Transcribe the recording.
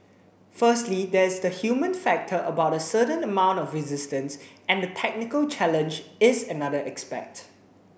firstly there is the human factor about the certain amount of resistance and the technical challenge is another aspect